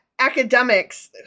academics